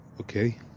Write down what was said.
okay